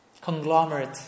conglomerate